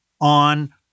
on